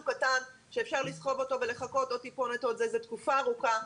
קטן שאפשר לסחוב אותו ולחכות עוד קצת אלא זו תקופה ארוכה.